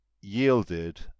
yielded